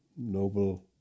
noble